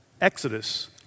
Exodus